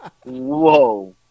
whoa